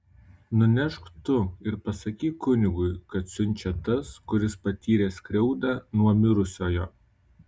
nunešk tu ir pasakyk kunigui kad siunčia tas kuris patyrė skriaudą nuo mirusiojo